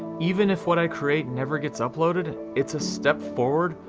even if what i create never gets uploaded, it's a step forward,